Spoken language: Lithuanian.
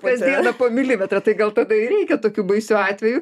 kasdieną po milimetrą tai gal tada ir reikia tokiu baisiu atveju